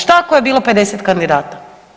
Šta ako je bilo 50 kandidata?